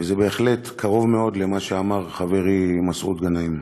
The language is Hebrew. וזה בהחלט קרוב מאוד למה שאמר חברי מסעוד גנאים,